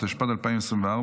התשפ"ד 2024,